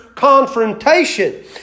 confrontation